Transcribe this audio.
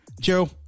Joe